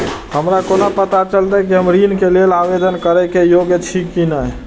हमरा कोना पताा चलते कि हम ऋण के लेल आवेदन करे के योग्य छी की ने?